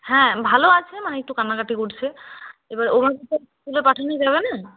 হ্যাঁ ভালো আছে মানে একটু কান্নাকাটি করছে এবার ওভাবে তো আর স্কুলে পাঠানো যাবে না